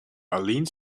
arlene